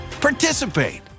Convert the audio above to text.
participate